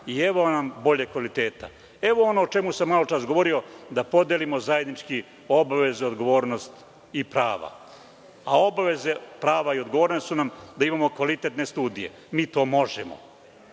i evo nam boljeg kvaliteta. Evo ono o čemu sam malo pre govorio, da podelimo zajednički obaveze, odgovornosti i prava. Obaveze, prava i odgovornosti su nam da imamo kvalitetne studije. Mi to možemo.